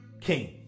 king